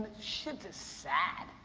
shit is sad.